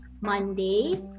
monday